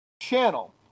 channel